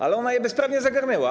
Ale ona je bezprawnie zagarnęła.